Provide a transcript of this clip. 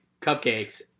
cupcakes